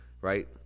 right